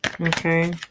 okay